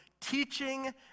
teaching